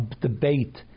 debate